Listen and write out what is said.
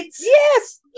Yes